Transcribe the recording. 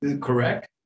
correct